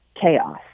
chaos